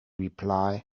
reply